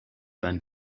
been